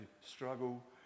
struggle